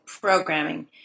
programming